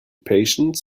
patient